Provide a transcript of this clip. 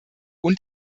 und